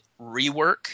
Rework